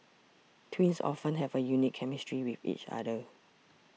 twins often have a unique chemistry with each other